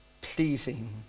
pleasing